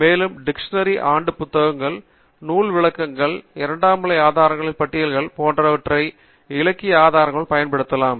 மேலும் டிக்ஷனரி ஆண்டு புத்தகங்கள் நூல் விளக்கங்கள் இரண்டாம் நிலை ஆதாரங்களின் பட்டியல்கள் போன்றவற்றை இலக்கிய ஆதாரங்களாக பயன்படுத்தப்படலாம்